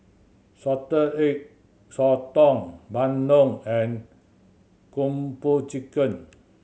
Salted Egg Sotong bandung and Kung Po Chicken